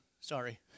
Sorry